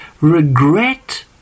regret